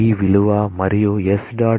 D విలువ మరియు s